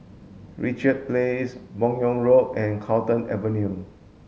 Richard Place Buyong Road and Carlton Avenue